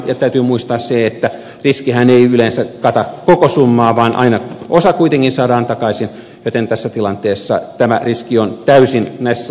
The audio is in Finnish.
ja täytyy muistaa se että riskihän ei yleensä kata koko summaa vaan aina osa kuitenkin saadaan takaisin joten tässä tilanteessa tämä riski on tässä laajuudessa suomen osalta täysin hallittavissa